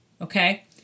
okay